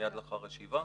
מיד לאחר הישיבה.